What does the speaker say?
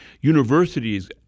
universities